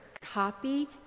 copy